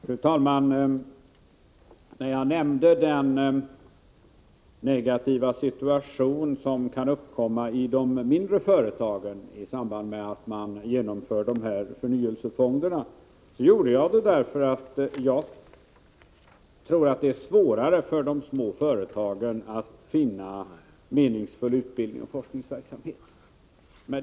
Fru talman! När jag nämnde den negativa situation som kan uppkomma i de mindre företagen i samband med att förnyelsefonderna genomförs gjorde jag det därför att jag tror att det är svårare för de små företagen att finna meningsfull utbildningsoch forskningsverksamhet.